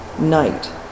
night